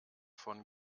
von